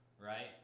right